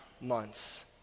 months